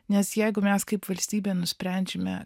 nes jeigu mes kaip valstybė nusprendžiame